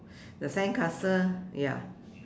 the sandcastle ya